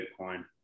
Bitcoin